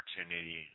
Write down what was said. opportunity